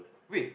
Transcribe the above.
wait